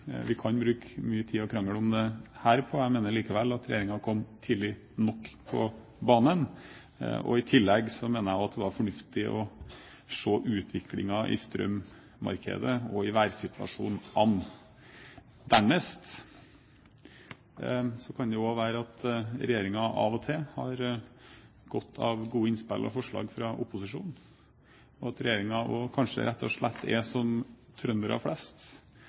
Vi kan bruke mye tid på å krangle om det her, men jeg mener likevel at regjeringen kom tidlig nok på banen. I tillegg mener jeg det var fornuftig å se an utviklingen i strømmarkedet og i værsituasjonen. Dernest kan det også hende at regjeringen av og til har godt av gode innspill og forslag fra opposisjonen, og at regjeringen kanskje rett og slett er som trøndere flest